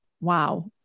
wow